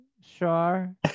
sure